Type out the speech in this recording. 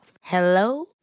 Hello